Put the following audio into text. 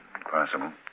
Possible